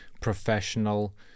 professional